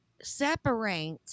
separate